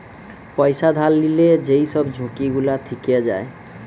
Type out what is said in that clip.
পয়সা ধার লিলে যেই সব ঝুঁকি গুলা থিকে যায়